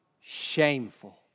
shameful